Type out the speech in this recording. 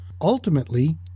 ultimately